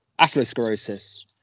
atherosclerosis